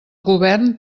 govern